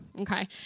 okay